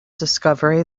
discovery